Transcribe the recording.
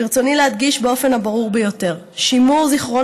ברצוני להדגיש באופן הברור ביותר: שימור זיכרון